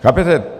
Chápete?